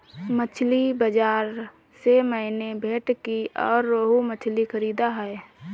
मछली बाजार से मैंने भेंटकी और रोहू मछली खरीदा है